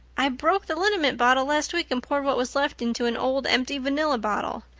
i broke the liniment bottle last week and poured what was left into an old empty vanilla bottle.